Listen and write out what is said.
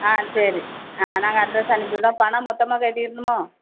ஆ சரி ஆ நாங்கள் அட்ரெஸ் அனுப்பிவிட்றோம் பணம் மொத்தமாக கட்டிடணுமோ